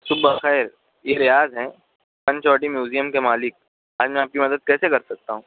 صبح بخیر یہ ریاض ہیں پنچوٹی میوزیم کے مالک آج میں آپ کی مدد کیسے کر سکتا ہوں